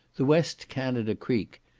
the west canada creek,